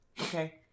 Okay